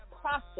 process